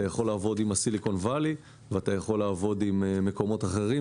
אתה יכול לעבוד עם שעמק הסיליקון ואתה יכול לעבוד עם מקומות אחרים.